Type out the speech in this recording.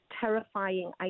terrifying